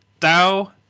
Dao